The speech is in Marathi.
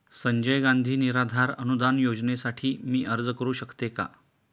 संजय गांधी निराधार अनुदान योजनेसाठी मी अर्ज करू शकते का?